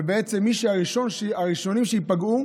ובעצם הראשונים שייפגעו